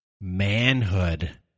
manhood